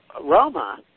Roma